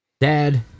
Dad